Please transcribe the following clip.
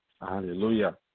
Hallelujah